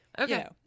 Okay